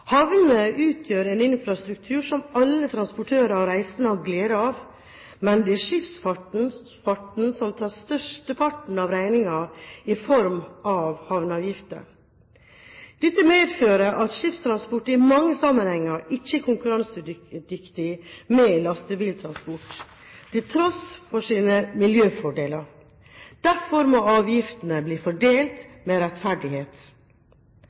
utgjør en infrastruktur som alle transportører og reisende har glede av, men det er skipsfarten som tar størsteparten av regningen i form av havneavgifter. Dette medfører at skipstransport i mange sammenhenger ikke er konkurransedyktig med lastebiltransport, til tross for sine miljøfordeler. Derfor må avgiftene bli fordelt med